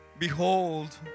Behold